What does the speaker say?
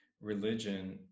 religion